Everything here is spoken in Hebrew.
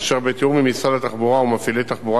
אשר בתיאום עם משרד התחבורה ומפעילי תחבורה